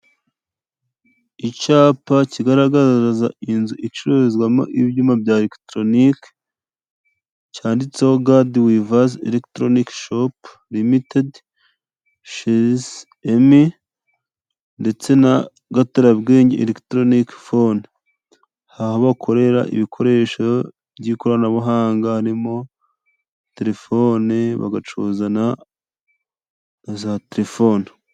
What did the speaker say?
Icyapa kigaragaza inzu icururizwamo ibyuma bya elegitoronike, cyanditseho Gadiwivazi elegitoronike shopu limitedi she Emi, ndetse na Gatarabwenge elegitoroniki fone, aho bakorera ibikoresho by'ikoranabuhanga, harimo telefone, bagacuruza na za telefone.